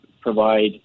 provide